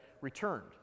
returned